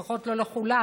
לפחות לא לכולם,